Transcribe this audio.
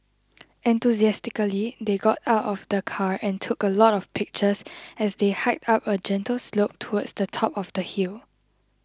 enthusiastically they got out of the car and took a lot of pictures as they hiked up a gentle slope towards the top of the hill